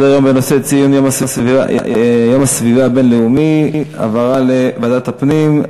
ההצעות לסדר-היום בנושא יום הסביבה הבין-לאומי הועברו לוועדת הפנים.